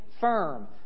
firm